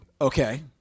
Okay